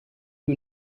who